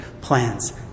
plans